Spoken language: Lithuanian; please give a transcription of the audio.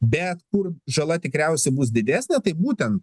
bet kur žala tikriausiai bus didesnė tai būtent